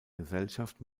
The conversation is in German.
gesellschaft